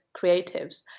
creatives